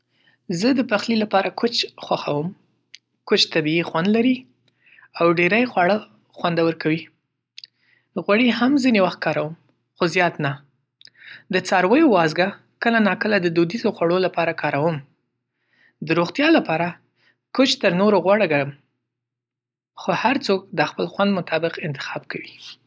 زه د پخلي لپاره کوچ خوښوم. کوچ طبیعي خوند لري او ډیری خواړه خوندور کوي. غوړي هم ځینې وخت کاروم، خو زیات نه. د څارویو وازګه کله نا کله د دودیزو خوړو لپاره کاروم. د روغتیا لپاره کوچ تر نورو غوره ګڼم. خو هر څوک د خپل خوند مطابق انتخاب کوي.